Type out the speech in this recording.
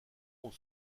ont